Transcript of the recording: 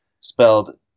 spelled